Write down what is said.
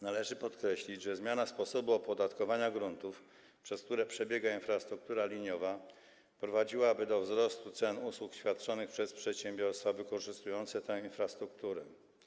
Należy podkreślić, że zmiana sposobu opodatkowania gruntów, przez które przebiega infrastruktura liniowa, prowadziłaby do wzrostu cen usług świadczonych przez przedsiębiorstwa wykorzystujące tę infrastrukturę.